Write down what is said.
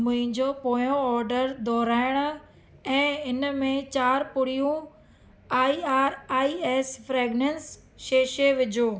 मुंहिंजो पोयों ऑडर दुहिरायण ऐं इन में चारि पुरियूं I R I S fragrance sachet विझो